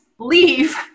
leave